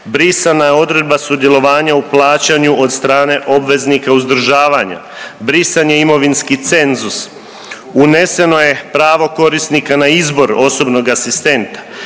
brisana je odredba sudjelovanja u plaćanju od strane obveznika uzdržavanja, brisan je imovinski cenzus, uneseno je pravo korisnika na izbor osobnog asistenta,